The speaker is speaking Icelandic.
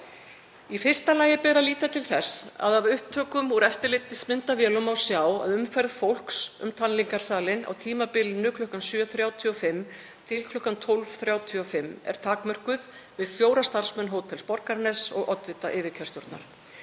Í fyrsta lagi ber að líta til þess að af upptökum úr eftirlitsmyndavélum má sjá að umferð fólks um talningarsalinn á tímabilinu frá kl. 7.35 til kl. 12.35 er takmörkuð við fjóra starfsmenn Hótels Borgarness og oddvita yfirkjörstjórnar.